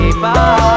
Bye